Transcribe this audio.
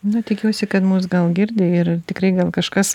nu tikiuosi kad mus gal girdi ir tikrai gal kažkas